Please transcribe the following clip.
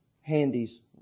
handies